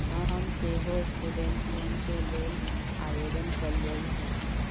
हम सेहो student loan के लेल आवेदन कलियइ ह